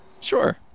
Sure